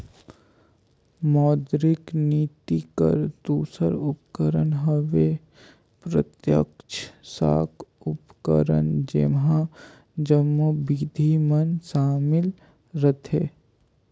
मौद्रिक नीति कर दूसर उपकरन हवे प्रत्यक्छ साख उपकरन जेम्हां जम्मो बिधि मन सामिल रहथें